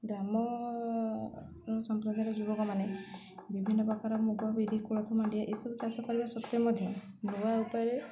ଆମ ସମ୍ପ୍ରଦାୟର ଯୁବକମାନେ ବିଭିନ୍ନ ପ୍ରକାର ମୁଗ ବିିରି କୋଳଥ ମାଣ୍ଡିଆ ଏସବୁ ଚାଷ କରିବା ସତ୍ତ୍ୱେ ମଧ୍ୟ ନୂଆ ଉପାୟରେ